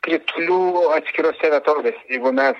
kritulių atskirose vietovėse jeigu mes